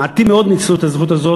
מעטים מאוד ניצלו את הזכות הזאת.